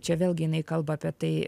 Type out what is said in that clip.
čia vėlgi jinai kalba apie tai